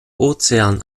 ozean